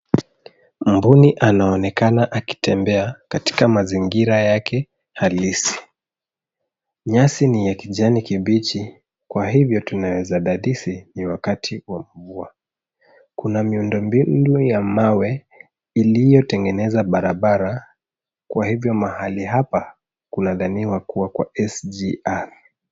Mbuni anaonekana akitembea katika mazingira yake halisi. Nyasi ni ya kijani kibichi, kwa hivyo tunaeza dadisi ni wakati wa mvua. Kuna miundo mbinu ya mawe iliyotengeneza barabara, kwa hivyo mahali hapa kunadhaniwa kuwa kwa SGR.